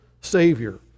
Savior